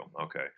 okay